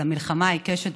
על המלחמה העיקשת,